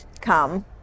come